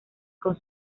con